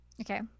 okay